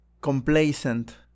Complacent